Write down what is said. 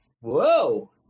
Whoa